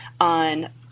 on